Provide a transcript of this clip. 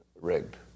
rigged